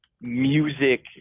music